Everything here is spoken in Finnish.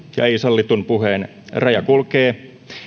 ja ei sallitun puheen raja kulkee